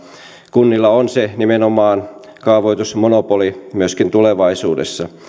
kunnilla on nimenomaan se kaavoitusmonopoli myöskin tulevaisuudessa